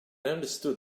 understood